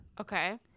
okay